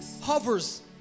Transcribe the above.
hovers